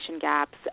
gaps